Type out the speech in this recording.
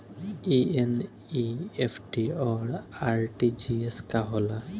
ई एन.ई.एफ.टी और आर.टी.जी.एस का ह?